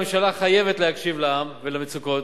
הממשלה חייבת להקשיב לעם ולמצוקות,